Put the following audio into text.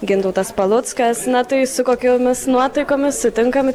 gintautas paluckas na tai su kokiomis nuotaikomis sutinkam